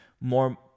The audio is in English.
more